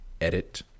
edit